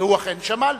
והוא אכן שמע לי.